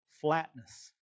flatness